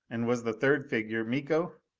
and was the third figure miko?